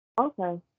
Okay